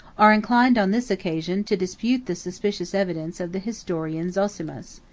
are inclined, on this occasion, to dispute the suspicious evidence of the historian zosimus.